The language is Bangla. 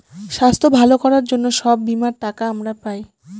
স্বাস্থ্য ভালো করার জন্য সব বীমার টাকা আমরা পায়